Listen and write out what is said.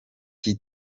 iyi